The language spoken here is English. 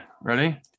ready